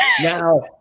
Now